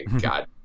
God